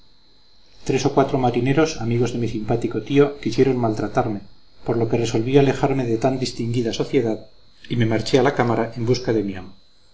tres o cuatro marineros amigos de mi simpático tío quisieron maltratarme por lo que resolví alejarme de tan distinguida sociedad y me marché a la cámara en busca de mi amo